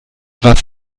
was